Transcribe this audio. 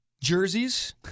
jerseys